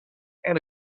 and